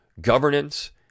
governance